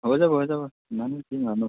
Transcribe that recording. হৈ যাব হৈ যাব ইমাননো কি আৰু ন